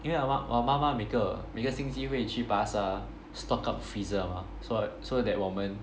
因为我我妈妈每个每个星期会去巴刹 stock up freezer mah so so that 我们